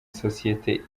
sosiyete